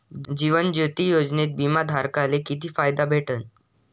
जीवन ज्योती योजनेत बिमा धारकाले किती फायदा भेटन?